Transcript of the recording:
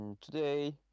Today